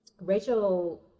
Rachel